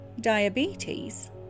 diabetes